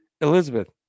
Elizabeth